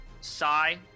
sigh